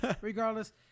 regardless